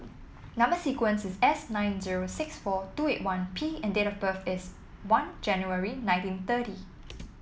number sequence is S nine zero six four two eight one P and date of birth is one January nineteen thirty